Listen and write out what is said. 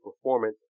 performance